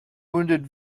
wounded